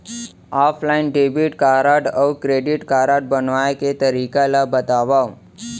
Offline debit अऊ credit card बनवाए के तरीका ल बतावव?